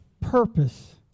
purpose